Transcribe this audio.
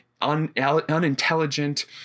unintelligent